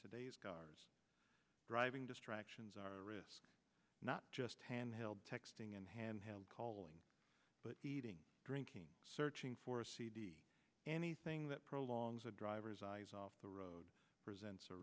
today's cars driving distractions are a risk not just handheld texting and handheld calling but eating drinking searching for a cd anything that prolongs a driver's eyes off the road present